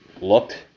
looked